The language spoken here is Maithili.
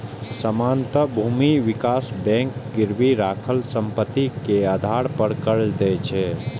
सामान्यतः भूमि विकास बैंक गिरवी राखल संपत्ति के आधार पर कर्ज दै छै